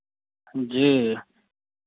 जी